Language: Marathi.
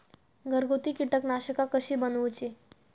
घरगुती कीटकनाशका कशी बनवूची?